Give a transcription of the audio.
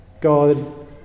God